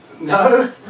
No